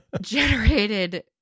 generated